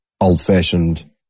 old-fashioned